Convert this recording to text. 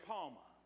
Palma